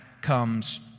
comes